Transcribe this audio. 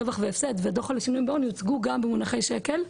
רווח והפסד ודו"ח על השינויים בהון יוצגו גם במונחי שקל.